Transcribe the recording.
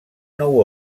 nou